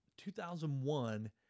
2001